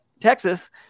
Texas